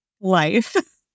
life